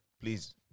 please